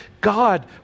God